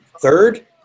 third